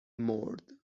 مرد